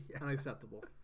unacceptable